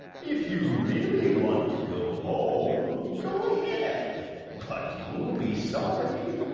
if you really want to go home, go ahead, but you'll be sorry.